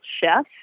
chef